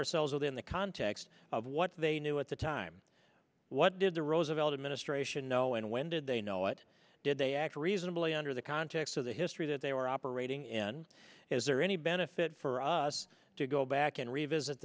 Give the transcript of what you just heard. ourselves within the context of what they knew at the time what did the roosevelt administration know and when did they know it did they actually reasonably under the context of the history that they were operating in is there any benefit for us to go back and revisit